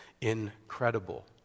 incredible